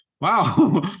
wow